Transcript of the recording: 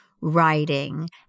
writing